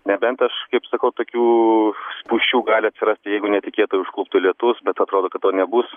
nebent aš sakau tokių spūsčių gali atsirasti jeigu netikėtai užkluptų lietus bet atrodo kad to nebus